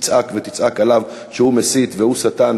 תצעק ותצעק עליו שהוא מסית והוא שטן,